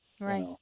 Right